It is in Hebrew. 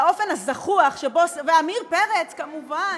והאופן הזחוח שבו, ועמיר פרץ, כמובן.